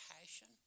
passion